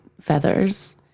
feathers